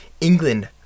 England